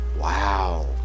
Wow